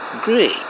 Great